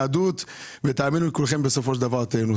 היהדות ותאמינו שכולכם בסופו של דבר תיהנו.